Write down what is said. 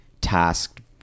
tasked